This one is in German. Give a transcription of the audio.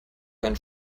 ein